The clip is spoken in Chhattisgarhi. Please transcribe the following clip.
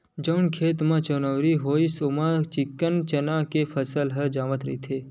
जउन खेत म चनउरी होइस ओमा चिक्कन चना के फसल ह जावत रहिथे